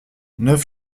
neuf